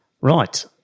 Right